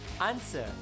answer